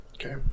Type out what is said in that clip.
okay